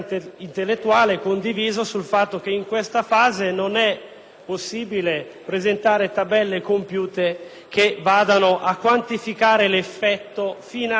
possibile presentare tabelle compiute che vadano a quantificare l'effetto finale di questa riforma. Ma questo è nella logica delle cose.